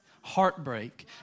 heartbreak